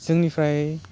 जोंनिफ्राय